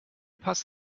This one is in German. pass